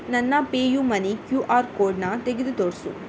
ನನ್ನ PayUmoney Q R ಕೋಡ್ನ ತೆಗೆದು ತೋರಿಸು